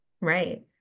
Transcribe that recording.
Right